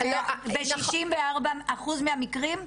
ב-64 אחוז מהמקרים?